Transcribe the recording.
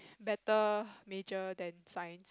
better major than science